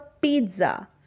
pizza